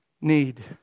need